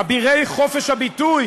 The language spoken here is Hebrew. אבירי חופש הביטוי